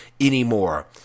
anymore